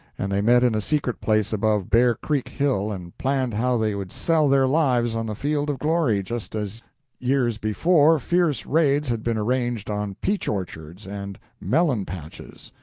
and they met in a secret place above bear creek hill and planned how they would sell their lives on the field of glory, just as years before fierce raids had been arranged on peach-orchards and melon-patches.